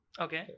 Okay